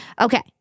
Okay